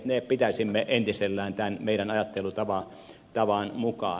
ne pitäisimme entisellään tämän meidän ajattelutapamme mukaan